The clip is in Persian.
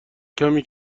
کمی